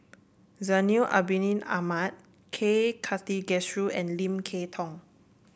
Zainal Abidin Ahmad K Karthigesu and Lim Kay Tong